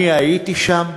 אני הייתי שם,